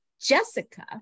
Jessica